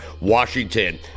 Washington